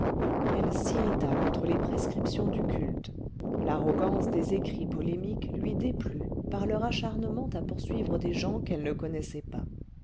elle s'irrita contre les prescriptions du culte l'arrogance des écrits polémiques lui déplut par leur acharnement à poursuivre des gens qu'elle ne connaissait pas